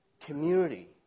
community